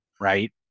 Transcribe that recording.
Right